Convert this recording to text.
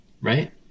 right